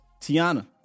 Tiana